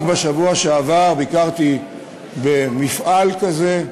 רק בשבוע שעבר ביקרתי במפעל כזה,